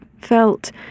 felt